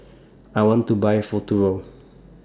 I want to Buy Futuro